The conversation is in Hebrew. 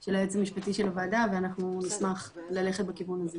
של היועץ המשפטי של הוועדה ואנחנו נשמח ללכת בכיוון הזה.